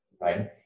right